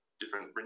different